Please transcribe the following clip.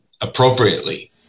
appropriately